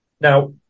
Now